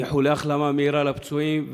לאחל איחולי החלמה מהירה לפצועים,